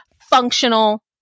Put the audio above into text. functional